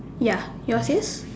ya yours is